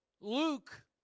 Luke